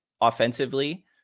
offensively